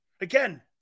Again